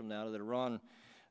from now that iran